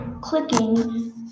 clicking